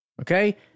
okay